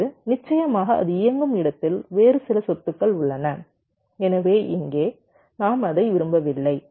இப்போது நிச்சயமாக அது இயங்கும் இடத்தில் வேறு சில சொத்துக்கள் உள்ளன எனவே இங்கே நாம் அதை விரும்பவில்லை